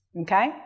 Okay